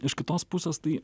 iš kitos pusės tai